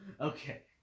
Okay